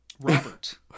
robert